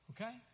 Okay